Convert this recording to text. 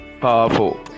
Powerful